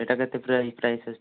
ଏଟା କେତେ ପ୍ରାଇ ପ୍ରାଇସ୍ ଆସୁଛି